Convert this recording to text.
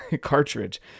cartridge